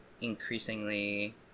increasingly